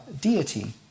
deity